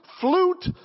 flute